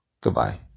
Goodbye